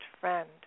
friend